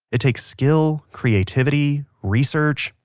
it takes skill, creativity, research,